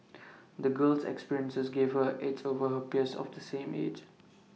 the girl's experiences gave her edge over her peers of the same age